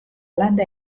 landa